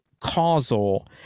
causal